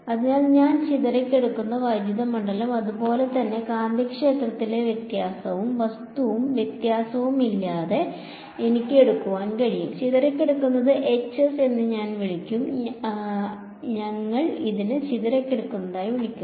അതിനാൽ അതാണ് ചിതറിക്കിടക്കുന്ന വൈദ്യുത മണ്ഡലം അതുപോലെ തന്നെ കാന്തികക്ഷേത്രത്തിലെ വ്യത്യാസവും വസ്തുവും വ്യത്യാസവുമില്ലാതെ എനിക്ക് എടുക്കാൻ കഴിയും ചിതറിക്കിടക്കുന്ന Hs എന്ന് ഞാൻ വിളിക്കും ഞങ്ങൾ ഇതിനെ ചിതറിക്കിടക്കുന്നതായി വിളിക്കുന്നു